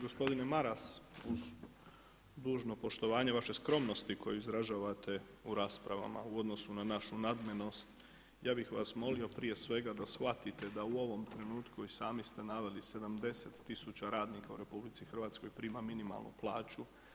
Gospodine Maras, uz dužno poštovanje vaše skromnosti koju izražavate u raspravama u odnosu nad našu nadmenost ja bih vas molio prije svega da shvatite da u ovom trenutku i sami ste naveli 70000 radnika u RH prima minimalnu plaću.